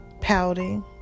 pouting